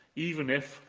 even if,